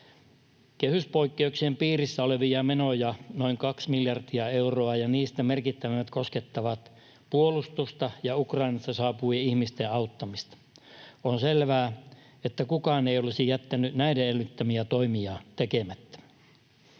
Kehyspoikkeuksen piirissä olevia menoja on noin kaksi miljardia euroa, ja niistä merkittävimmät koskettavat puolustusta ja Ukrainasta saapuvien ihmisten auttamista. On selvää, että kukaan ei olisi jättänyt näiden edellyttämiä toimia tekemättä.